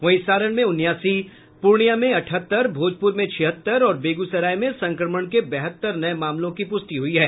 वहीं सारण में उनासी पूर्णिया में अठहत्तर भोजपूर में छिहत्तर और बेगूसराय में संक्रमण के बहत्तर नये मामलों की पुष्टि हुई है